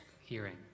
hearing